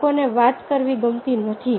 લોકોને વાત કરવી ગમતી નથી